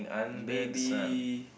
maybe